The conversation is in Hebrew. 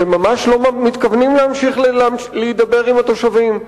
שממש לא מתכוונים להמשיך להידבר עם התושבים,